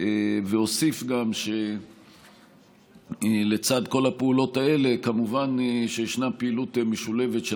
אוסיף גם שלצד כל הפעולות האלה כמובן ישנה פעילות משולבת של